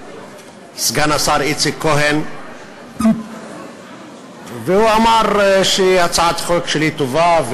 סגן השר איציק כהן והוא אמר שהצעת החוק שלי טובה,